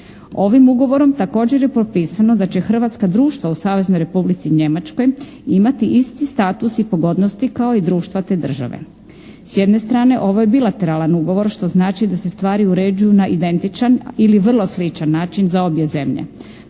Ovim ugovorom također je propisano da će hrvatska društva u Saveznoj Republici njemačkoj imati isti status i pogodnosti kao i društva te države. S jedne strane ovo je bilateralan ugovor što znači da se stvari uređuju na identičan ili vrlo sličan način za obje zemlje.